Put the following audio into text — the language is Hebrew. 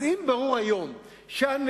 אז אם ברור היום שהנגב